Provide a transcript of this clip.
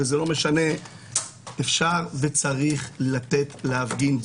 אפשר וצריך לתת להפגין.